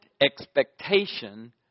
expectation